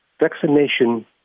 Vaccination